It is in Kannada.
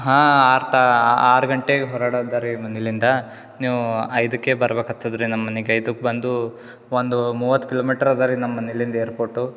ಹಾಂ ಆರ್ತ ಆರು ಗಂಟೆಗೆ ಹೊರೊಡೋದು ರೀ ಮನೆಲಿಂದ ನೀವು ಐದಕ್ಕೆ ಬರ್ಬೆಕು ಆಗ್ತದೆ ರೀ ನಮ್ಮ ಮನಿಗೆ ಐದಕ್ಕೆ ಬಂದು ಒಂದು ಮೂವತ್ತು ಕಿಲೋಮೀಟ್ರ್ ಅದ ರೀ ನಮ್ಮ ಮನೆಯಿಂದ ಏಪೋಟು